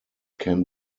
can